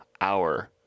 hour